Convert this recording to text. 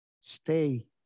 Stay